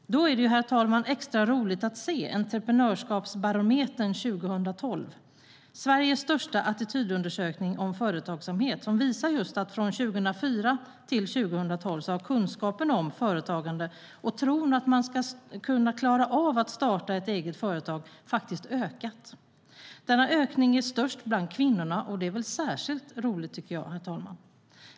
Herr talman! Då är det extra roligt att se Entreprenörskapsbarometern 2012 , Sveriges största attitydundersökning om företagsamhet, som visar att från 2004 till 2012 har kunskapen om företagande och tron att man ska klara av att starta eget företag ökat. Denna ökning är störst bland kvinnorna, och det är särskilt roligt.